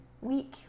week